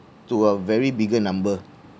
to a very bigger number